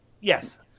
Yes